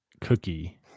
cookie